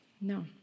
No